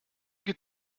geht